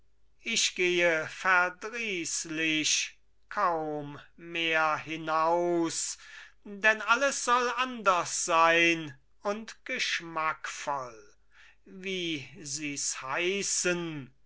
ich gehe verdrießlich kaum mehr hinaus denn alles soll anders sein und geschmackvoll wie sie's heißen